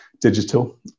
digital